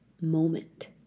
moment